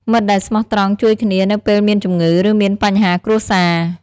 មិត្តដែលស្មោះត្រង់ជួយគ្នា នៅពេលមានជម្ងឺ ឬមានបញ្ហាគ្រួសារ។